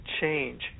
change